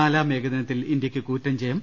നാലാംഏകദിനത്തിൽ ഇന്ത്യക്ക് കൂറ്റൻ ജയം